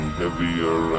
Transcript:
heavier